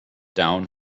down